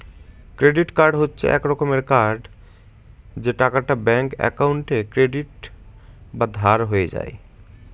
credit card হচ্ছে এক রকমের কার্ড যে টাকাটা ব্যাঙ্ক একাউন্টে ক্রেডিট বা ধার হয়ে যায়